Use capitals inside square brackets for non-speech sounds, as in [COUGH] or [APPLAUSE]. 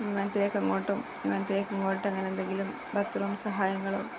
[UNINTELLIGIBLE] ഇങ്ങോട്ടും [UNINTELLIGIBLE] ക്ക് ഇങ്ങോട്ട് അങ്ങനെ എന്തെങ്കിലും ബാത്ത് റൂം സഹായങ്ങളും